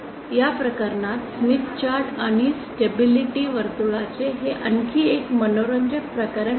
या प्रकरणात Smith chart आणि स्टेबिलिटी वर्तुळाचे हे आणखी एक मनोरंजक प्रकरण आहे